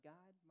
God